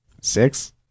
six